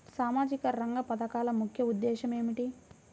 సామాజిక రంగ పథకాల ముఖ్య ఉద్దేశం ఏమిటీ?